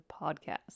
Podcast